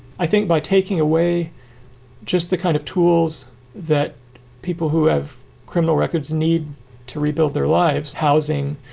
i think by taking away just the kind of tools that people who have criminal records need to rebuild their lives, housing,